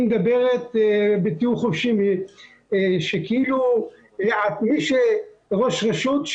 היא מדברת בתיאור חופשי שכאילו מי שראש רשות,